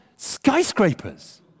skyscrapers